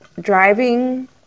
driving